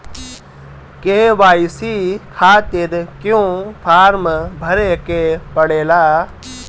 KYC खातिर क्यूं form भरे के पड़ेला?